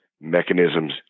mechanisms